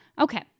Okay